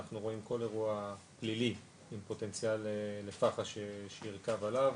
אנחנו רואים כל אירוע פלילי עם פוטנציאל לפח"ע שירכב עליו.